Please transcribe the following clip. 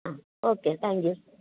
uh okay thank you